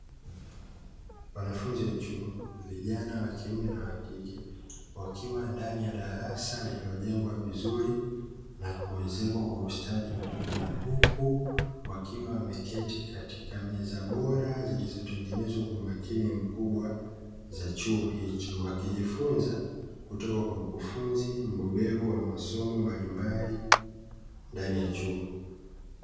Wanafunzi wa chuo, vijana wa kiume na wa kike, wakiwa ndani ya darasa lililojengwa vizuri na kuezekwa kwa ustadi mkubwa, huku wakiwa wameketi katika meza bora zilizotengenezwa kwa umakini mkubwa za chuo hicho, wakijifunza kutoka kwa mkufunzi mbobevu wa masomo mbalimbali ndani ya chuo.